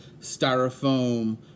styrofoam